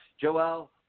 Joel